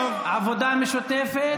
עבודה משותפת.